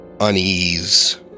unease